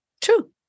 True